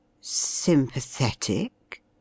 Sympathetic